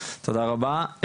תודה רבה.